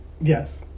yes